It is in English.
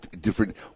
different